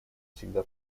всегда